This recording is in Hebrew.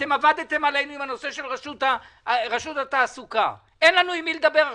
עבדתם עלינו בנושא של רשות התעסוקה; אין לנו עם מי לדבר עכשיו,